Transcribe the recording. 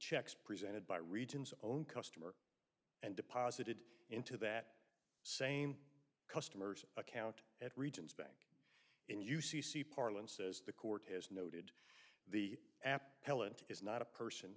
checks presented by regions own customer and deposited into that same customer's account at regions bang in u c c parlance says the court has noted the apt pellant is not a person